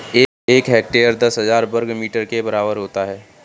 एक हेक्टेयर दस हजार वर्ग मीटर के बराबर होता है